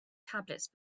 tablets